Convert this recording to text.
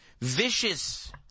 Vicious